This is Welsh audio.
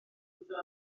lwyddo